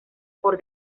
por